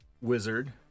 wizard